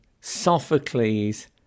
Sophocles